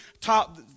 top